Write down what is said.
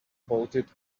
bolted